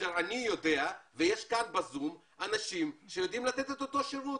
כאשר אני יודע ויש כאן בזום אנשים שיודעים לתת את אותו שירות?